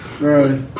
Right